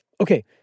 Okay